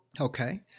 Okay